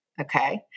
okay